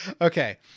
Okay